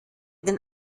den